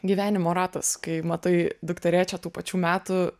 gyvenimo ratas kai matai dukterėčią tų pačių metų